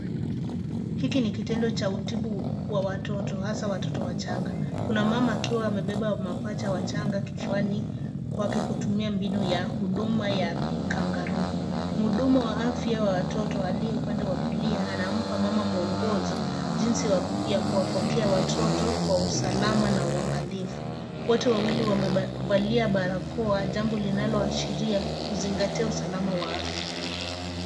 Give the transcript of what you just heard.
Hiki ni kitendo cha utibu wa watoto hasa watoto wachanga. Kuna mama akiwa amebeba mapacha wachanga kifuani kwake kutumia mbinu ya huduma ya kangaroo . Mhudumu wa afya wa watoto aliye upande wa kulia anampa mama mwongozo jinsi ya kuwapokea watoto kwa usalama na uangalifu. Wote wawili wamevalia barakoa jambo linaloashiria kuzingatia usalama wa afya.